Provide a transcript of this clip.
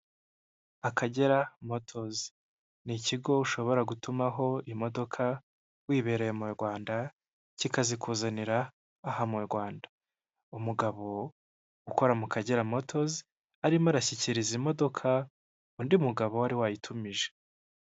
Akagera Motozi ni ikigo ushobora gutumaho imodoka wibereye mu Rwanda kikazikuzanira aha mu Rwanda, umugabo ukora mu Kagera Motozi arimo arashyikiriza imodoka undi mugabo wari wayitumije.